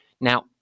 Now